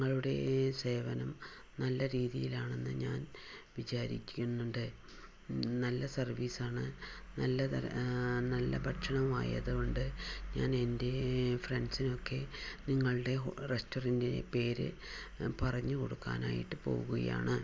നിങ്ങളുടെ സേവനം നല്ല രീതിയിലാണെന്ന് ഞാൻ വിചാരിക്കുന്നുണ്ട് നല്ല സർവീസാണ് നല്ലത് നല്ല ഭക്ഷണം ആയതുകൊണ്ട് ഞാൻ എൻ്റെ ഫ്രണ്ട്സിനൊക്കെ നിങ്ങളുടെ റസ്റ്റോറന്റിൻ്റെ പേര് പറഞ്ഞുകൊടുക്കാനായിട്ട് പോവുകയാണ്